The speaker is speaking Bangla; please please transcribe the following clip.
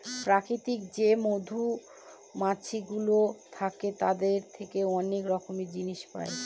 প্রাকৃতিক যে মধুমাছিগুলো থাকে তাদের থেকে অনেক রকমের জিনিস পায়